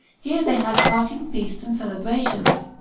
here they had parting feasts and celebrations.